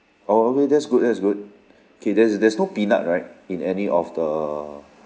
oh okay that's good that's good K there's there's no peanut right in any of the